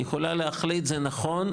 היא יכולה להחליט "זה נכון,